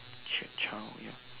chi~ child ya